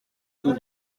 tout